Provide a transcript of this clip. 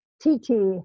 T-T